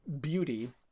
beauty